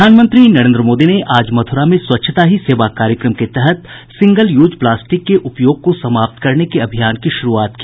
प्रधानमंत्री नरेन्द्र मोदी ने आज मथुरा में स्वच्छता ही सेवा कार्यक्रम के तहत सिंगल यूज प्लास्टिक के उपयोग को समाप्त करने के अभियान की शुरूआत की